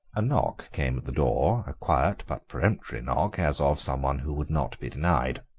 a knock came at the door, a quiet but peremptory knock, as of some one who would not be denied.